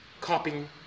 copying